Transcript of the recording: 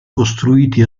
costruiti